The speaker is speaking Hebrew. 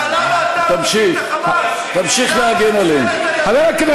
תמשיך להגן עליהם.